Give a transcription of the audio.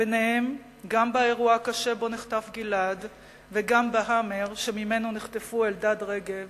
ביניהם גם באירוע הקשה שבו נחטף גלעד וגם ב"האמר" שממנו נחטפו אלדד רגב